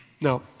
no